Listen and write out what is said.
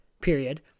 period